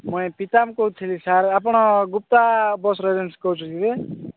ମୁଇଁ ପିତାମ କହୁଥିଲି ସାର୍ ଆପଣ ଗୁପ୍ତା ବସ୍ର ଏଜେନ୍ସି କହୁଛନ୍ତି କି